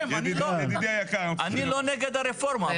אני לא נגד הרפורמה.